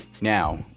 Now